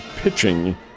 pitching